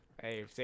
Hey